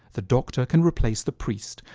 the doctor can replace the priest,